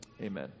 Amen